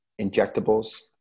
injectables